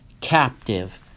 captive